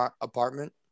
apartment